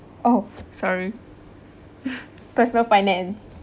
oh sorry personal finance